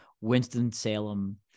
Winston-Salem